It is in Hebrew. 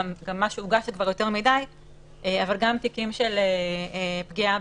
גם תיקים של פגיעה